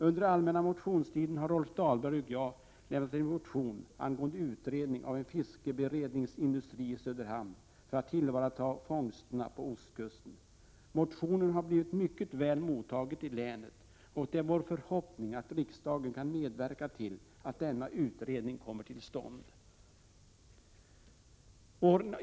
Under allmänna motionstiden har Rolf Dahlberg och jag lämnat en motion angående utredning av en fiskeberedningsindustri i Söderhamn för att tillvarata fångsterna på ostkusten. Motionen har blivit mycket väl mottagen i länet. Det är vår förhoppning att riksdagen kan medverka till att denna utredning kommer till stånd.